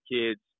kids